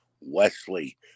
wesley